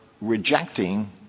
rejecting